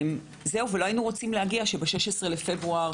לא היינו רוצים להגיע למצב שב-16 בפברואר,